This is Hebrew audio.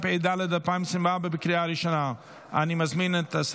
אושרה בקריאה ראשונה ותעבור לדיון בוועדת החוץ